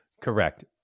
Correct